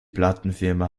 plattenfirma